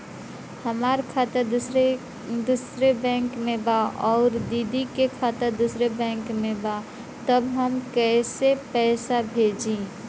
हमार खाता दूसरे बैंक में बा अउर दीदी का खाता दूसरे बैंक में बा तब हम कैसे पैसा भेजी?